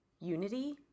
unity